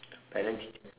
parent teacher